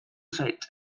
zait